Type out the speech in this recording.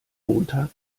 montag